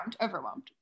overwhelmed